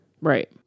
Right